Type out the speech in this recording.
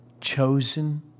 chosen